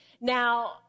Now